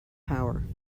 power